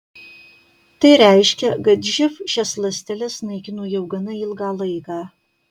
tai reiškia kad živ šias ląsteles naikino jau gana ilgą laiką